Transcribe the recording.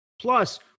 plus